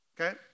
Okay